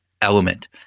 element